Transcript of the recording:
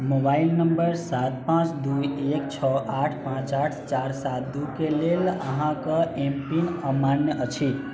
mobile number सात पांँच दू एक छओ आठ पांँच आठ चारि सात दू के लेल अहाँकऽ एम पिन अमान्य अछि